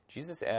Jesus